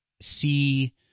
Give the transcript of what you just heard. see